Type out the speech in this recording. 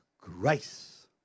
grace